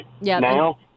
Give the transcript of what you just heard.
now